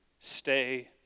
Stay